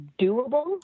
doable